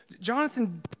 Jonathan